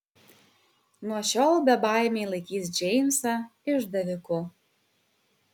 nuo šiol bebaimiai laikys džeimsą išdaviku